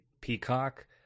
Peacock